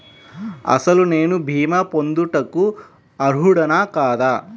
అసలు నేను భీమా పొందుటకు అర్హుడన కాదా?